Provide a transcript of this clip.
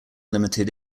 limited